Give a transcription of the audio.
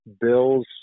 Bill's –